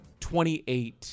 28